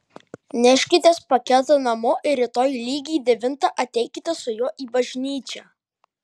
neškitės paketą namo ir rytoj lygiai devintą ateikite su juo į bažnyčią